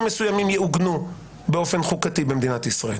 מסוימים יעוגנו באופן חוקתי במדינת ישראל.